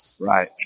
Right